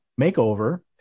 Makeover